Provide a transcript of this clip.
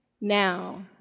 now